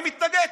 מי מתנגד?